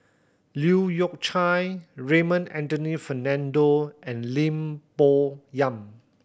Leu Yew Chye Raymond Anthony Fernando and Lim Bo Yam